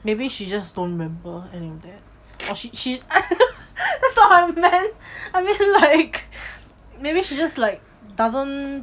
maybe she just don't remember any of that or she she that's not what I meant I meant like maybe she just like doesn't